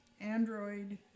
Android